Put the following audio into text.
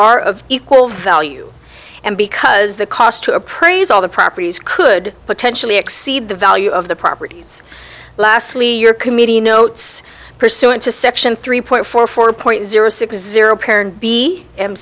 are of equal value and because the cost to appraise all the properties could potentially exceed the value of the property lastly your committee notes pursuant to section three point four four point zero six zero parent b m